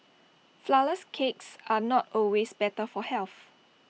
Flourless Cakes are not always better for health